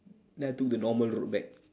then I took the normal road back